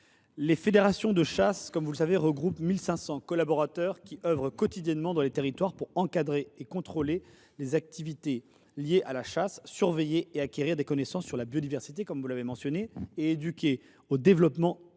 les fédérations de chasse regroupent 1 500 collaborateurs, qui œuvrent quotidiennement dans les territoires pour encadrer et contrôler les activités liées à la chasse, surveiller et acquérir des connaissances sur la biodiversité, comme vous l’avez évoqué, et éduquer au développement durable.